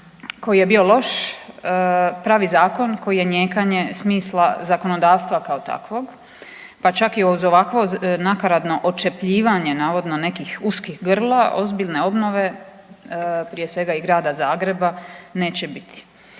koji je bio loš pravi zakon koji je nijekanje smisla zakonodavstva kao takvog, pa čak i uz ovakvo nakaradno odčepljivanje navodno nekih uskih grla ozbiljne obnove prije svega i Grada Zagreba neće biti.